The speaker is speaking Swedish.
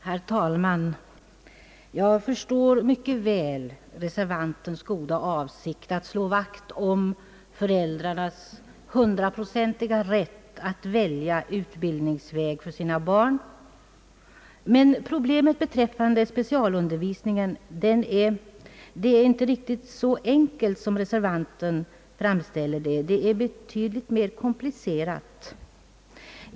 Herr talman! Jag förstår mycket väl reservantens goda avsikt att slå vakt om föräldrarnas hundraprocentiga rätt att välja utbildningsväg för sina barn. Problemet beträffande specialundervisningen är dock inte riktigt så enkelt som reservanten framställer det, utan betydligt mer komplicerat.